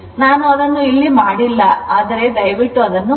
ನಾನು ಅದನ್ನು ಇಲ್ಲಿ ಮಾಡುತ್ತಿಲ್ಲ ಆದರೆ ದಯವಿಟ್ಟು ಅದನ್ನು ಮಾಡಿ